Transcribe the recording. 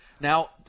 Now